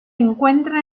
encuentra